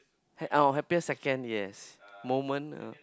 hap~ oh happiest second yes moment uh